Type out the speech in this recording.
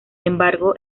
embargo